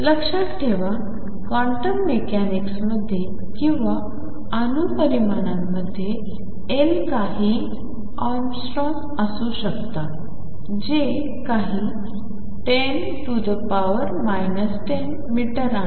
लक्षात ठेवा क्वांटम मेकॅनिक्समध्ये किंवा अणू परिमाणांमध्ये L काही ऑगस्ट्रोम असू शकतात जे काही 10 10 मीटर आहे